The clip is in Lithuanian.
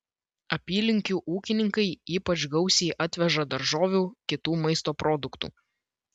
apylinkių ūkininkai ypač gausiai atveža daržovių kitų maisto produktų